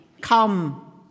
Come